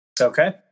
Okay